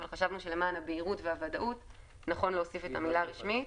אבל חשבנו שלמען הבהירות והוודאות נכון להוסיף את המילה "רשמית",